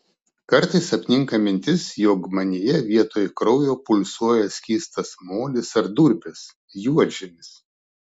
kartais apninka mintis jog manyje vietoj kraujo pulsuoja skystas molis ar durpės juodžemis